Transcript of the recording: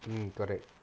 mm correct